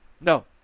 No